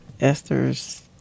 Esther's